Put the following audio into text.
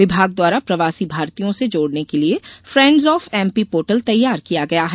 विभाग द्वारा प्रवासी भारतीयों से जोड़ने के लिये फेंडस ऑफ एमपी पोर्टल तैयार किया गया है